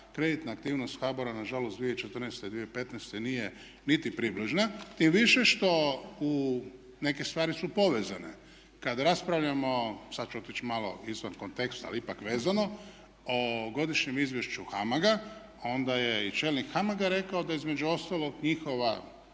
kreditna aktivnost HBOR-a na žalost 2014., 2015. nije niti približna tim više što neke stvari su povezane. Kad raspravljamo, sad ću otići malo izvan konteksta, ali ipak vezano, o godišnjem izvješću HAMAG-a onda je i čelnik HAMAG-a rekao da između ostalog njihova